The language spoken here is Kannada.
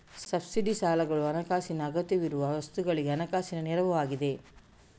ಸಬ್ಸಿಡಿ ಸಾಲಗಳು ಹಣಕಾಸಿನ ಅಗತ್ಯವಿರುವ ವಸ್ತುಗಳಿಗೆ ಹಣಕಾಸಿನ ನೆರವು ಆಗಿದೆ